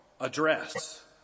address